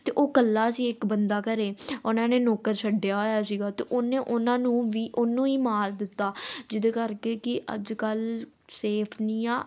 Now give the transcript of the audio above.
ਅਤੇ ਉਹ ਇਕੱਲਾ ਸੀ ਇੱਕ ਬੰਦਾ ਘਰ ਉਹਨਾਂ ਨੇ ਨੌਕਰ ਛੱਡਿਆ ਹੋਇਆ ਸੀਗਾ ਅਤੇ ਉਹਨੇ ਉਹਨਾਂ ਨੂੰ ਵੀ ਉਹਨੂੰ ਹੀ ਮਾਰ ਦਿੱਤਾ ਜਿਹਦੇ ਕਰਕੇ ਕਿ ਅੱਜ ਕੱਲ੍ਹ ਸੇਫ ਨਹੀਂ ਆ